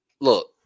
look